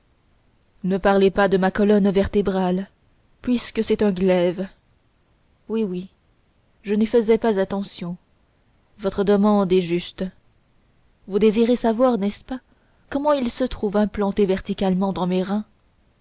ne parlez pas de ma colonne vertébrale puisque c'est un glaive oui oui je n'y faisais pas attention votre demande est juste vous désirez savoir n'est-ce pas comment il se trouve implanté verticalement dans mes reins